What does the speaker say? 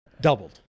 Doubled